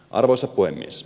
arvoisa puhemies